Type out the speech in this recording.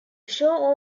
show